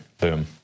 boom